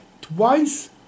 Twice